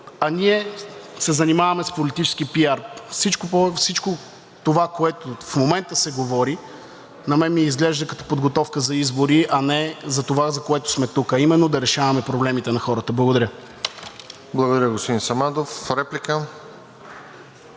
а ние се занимаваме с политически PR. Всичко това, което в момента се говори, на мен ми изглежда като подготовка за избори, а не за това, за което сме тук, а именно да решаваме проблемите на хората. Благодаря. ПРЕДСЕДАТЕЛ РОСЕН ЖЕЛЯЗКОВ: Благодаря, господин Самандов. Реплика?